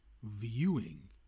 Viewing